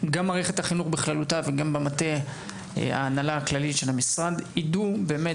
גם מערכת החינוך בכללותה וגם במטה ההנהלה הכללית של המשרד יידעו באמת